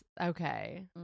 okay